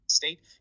state